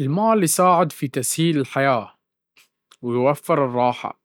المال يساعد في تسهيل الحياة ويوفر الراحة،